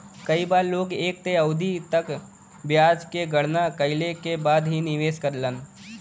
कई बार लोग एक तय अवधि तक ब्याज क गणना कइले के बाद ही निवेश करलन